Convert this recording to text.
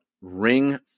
Ring